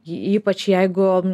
ypač jeigu